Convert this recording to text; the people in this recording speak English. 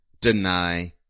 deny